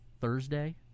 Thursday